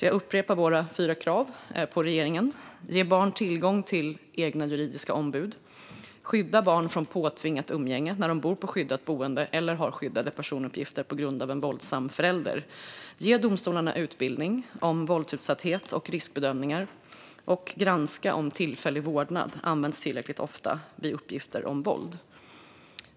Jag upprepar våra fyra krav på regeringen: Ge barn tillgång till egna juridiska ombud. Skydda barn från påtvingat umgänge när de bor på skyddat boende eller har skyddade personuppgifter på grund av en våldsam förälder. Ge domstolarna utbildning om våldsutsatthet och riskbedömningar. Granska om tillfällig vårdnad används tillräckligt ofta vid uppgifter om våld.